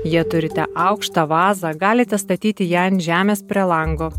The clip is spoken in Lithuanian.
jei turite aukštą vazą galite statyti ją ant žemės prie lango